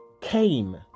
came